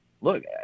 look